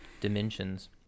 dimensions